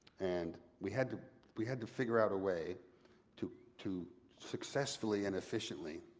and we had we had to figure out a way to to successfully and efficiently